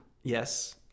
Yes